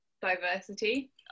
diversity